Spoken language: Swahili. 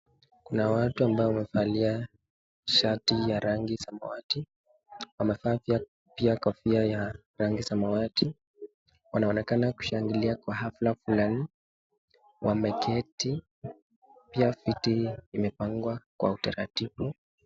Watu ambao wamevalia shati ya rangi samawati. Wamevaa pia kofia ya rangi samawati. Wanaonekana kushangilia kwa hafla fulani. Wameketi. Pia viti imepangwa kwa utaratibu.